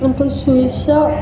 നമുക്ക് സുരക്ഷ